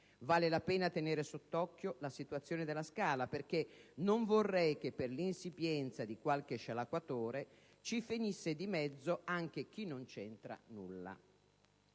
Vale la pena tenere sotto occhio la situazione della Scala, perché non vorrei che, per l'insipienza di qualche scialacquatore, ci finisse di mezzo anche chi non c'entra nulla.